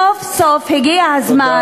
סוף-סוף הגיע הזמן, תודה רבה.